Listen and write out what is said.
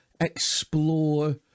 explore